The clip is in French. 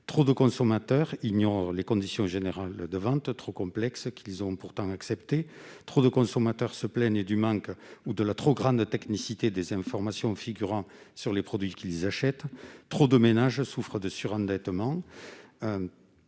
trop nombreux à ignorer les conditions générales de vente, trop complexes, qu'ils acceptent pourtant. Ils sont également trop nombreux à se plaindre du manque ou de la trop grande technicité des informations figurant sur les produits qu'ils achètent. Trop de ménages souffrent de surendettement